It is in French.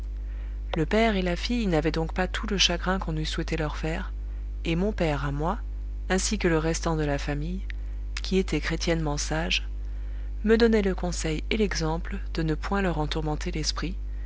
le père et la fille n'avaient donc pas tout le chagrin qu'on eût souhaité leur faire et mon père à moi ainsi que le restant de la famille qui étaient chrétiennement sages me donnaient le conseil et l'exemple de ne point leur en tourmenter l'esprit